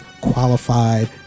qualified